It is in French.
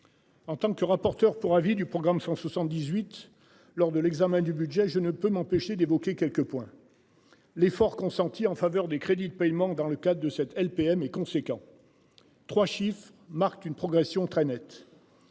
En tant que rapporteur pour avis du programme 178 lors de l'examen du budget. Je ne peux m'empêcher d'évoquer quelques points. L'effort consenti en faveur des crédits de paiement dans le cadre de cette LPM est conséquent. 3 chiffre marque une progression très nette.